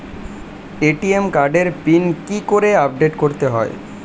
ATM কার্ডের pin কি করে আপডেট করতে হয়?